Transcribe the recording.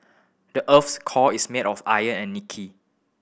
the earth's core is made of iron and nickel